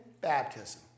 baptism